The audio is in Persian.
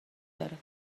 داره